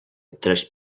tres